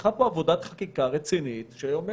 וצריכה להיות פה עבודת חקיקה רצינית שכוללת